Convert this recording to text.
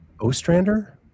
Ostrander